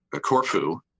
Corfu